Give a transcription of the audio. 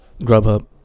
Grubhub